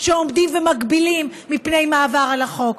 שעומדים ומגבילים מפני מעבר על החוק.